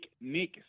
Nick